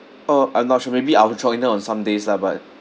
uh I'm not sure maybe I will join them on some days lah but